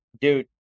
dude